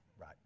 Right